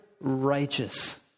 righteous